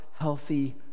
healthy